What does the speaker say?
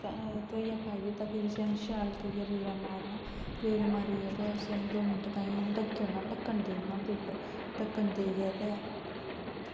ते धोइयै पाई दित्ता ते भी असें उसी शैल करियै रेड़ा मारना ते रेड़ा मारियै उसी असें दौ मिन्ट ताहीं ढक्कन देई ओड़ना उप्पर ढक्कन देइयै ते